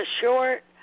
short